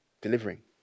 Delivering